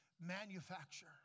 manufacture